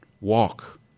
Walk